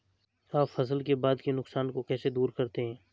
आप फसल के बाद के नुकसान को कैसे दूर करते हैं?